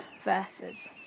verses